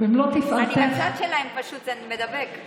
אני בצד שלהם, זה פשוט מידבק.